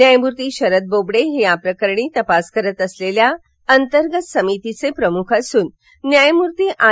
न्यायमूर्ती शरद बोबडे हे याप्रकरणी तपासणी करत असलेल्या अंतर्गत समितीचे प्रमुख असून न्यायमूर्ती आर